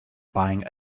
buying